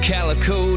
Calico